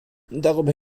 darüber